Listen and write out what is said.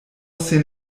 sin